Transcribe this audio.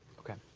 okay. i'm